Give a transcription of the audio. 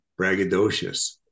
braggadocious